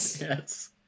yes